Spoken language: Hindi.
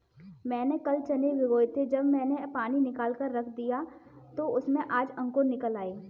मैंने कल चने भिगोए थे जब मैंने पानी निकालकर रख दिया तो उसमें आज अंकुर निकल आए